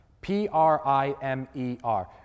P-R-I-M-E-R